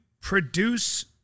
produce